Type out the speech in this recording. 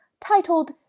Titled